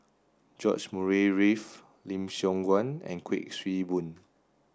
George Murray Reith Lim Siong Guan and Kuik Swee Boon